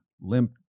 limp